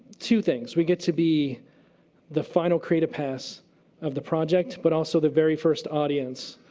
two things. we get to be the final creative pass of the project, but also the very first audience.